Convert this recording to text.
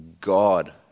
God